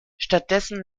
stattdessen